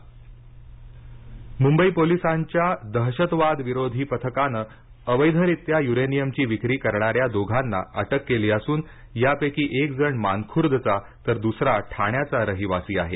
uranium जप्त मुंबई पोलिसांच्या दहशतवाद विरोधी पथकाने अवैधरीत्या युरेनियमची विक्री करणाऱ्या दोघांना अटक केली असूनयापैकी एक जण मानखूर्दचा तर दुसरा ठाण्याचा रहिवासी आहे